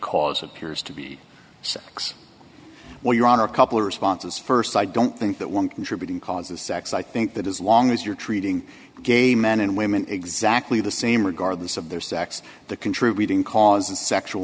cause appears to be sex well your honor a couple responses st i don't think that one contributing causes sex i think that as long as you're treating gay men and women exactly the same regardless of their sex the contributing cause and sexual